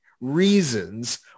reasons